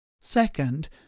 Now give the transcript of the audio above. Second